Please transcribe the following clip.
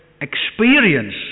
experience